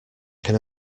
can